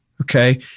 Okay